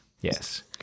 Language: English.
Yes